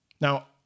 Now